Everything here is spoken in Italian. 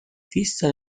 fissa